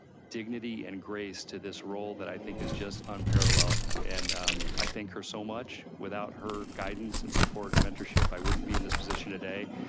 dignity and grace to this role that i think is just unparalleled. and i thank her so much. without her guidance and support and mentorship, i wouldn't be in this position today.